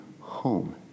home